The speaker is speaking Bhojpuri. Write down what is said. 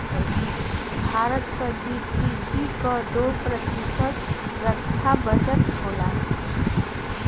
भारत क जी.डी.पी क दो प्रतिशत रक्षा बजट होला